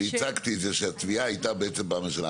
הצגתי את זה שהתביעה הייתה בעצם פעם ראשונה.